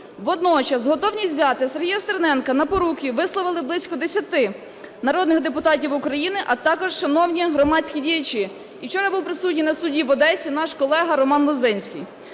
Водночас готовність взяти Сергія Стерненка на поруки висловили близько 10 народних депутатів України, а також шановні громадські діячі. І вчора був присутній на суді в Одесі наш колега Роман Лозинський.